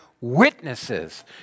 witnesses